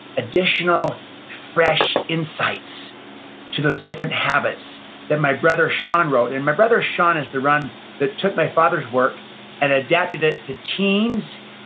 additional, fresh insights to those different habits that my brother sean wrote. and my brother sean is the run that took my father's work and adapted it to teens,